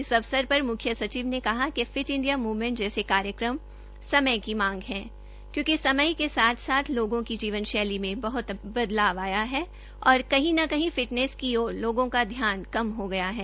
इस अवसर पर मुख्य सचिव ने कहा कि फिट इंडिया मूवमेंट जैसे कार्यक्रम समय की मांग है क्योंकि समय के साथ साथ लोगों की जीवनशैली में बहत बदलाव आया है और कहीं न कहीं फिटनेस की ओर लोगों का ध्यान कम हो गया है